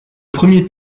premier